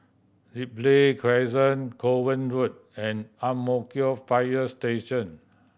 Ripley Crescent Kovan Road and Ang Mo Kio Fire Station